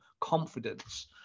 confidence